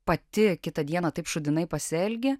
pati kitą dieną taip šūdinai pasielgi